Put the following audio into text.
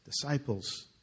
disciples